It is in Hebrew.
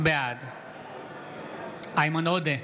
בעד איימן עודה,